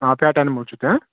آ pet animal چھو تُہۍ ہا